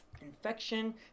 infection